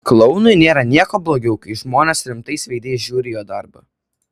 klounui nėra nieko blogiau kai žmonės rimtais veidais žiūri jo darbą